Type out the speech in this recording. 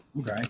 Okay